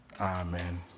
amen